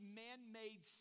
man-made